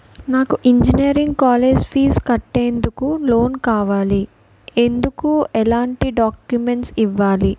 నాకు engineering college fees కట్టేందుకు loan కావాలి, ఎందుకు ఎలాంటి డాక్యుమెంట్స్ ఇవ్వాలి?